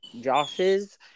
Josh's